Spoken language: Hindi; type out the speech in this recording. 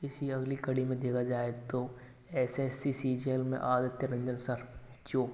इसकी अगली कड़ी में देखा जाए तो S S S C G L में आदित्य रंजन सर जो